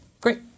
Great